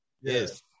Yes